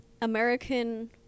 American